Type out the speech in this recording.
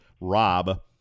Rob